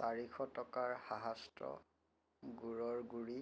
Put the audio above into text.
চাৰিশ টকাৰ সাহাস্ত্ৰ গুড়ৰ গুড়ি